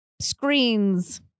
screens